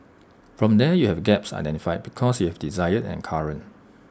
from there you have gaps identified because you have desired and current